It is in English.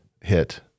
hit